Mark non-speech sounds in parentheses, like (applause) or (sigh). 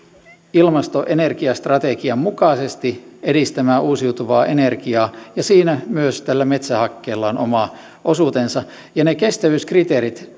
ilmasto ja energiastrategian mukaisesti edistämään uusiutuvaa energiaa ja siinä myös tällä metsähakkeella on oma osuutensa ne kestävyyskriteerit (unintelligible)